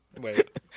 wait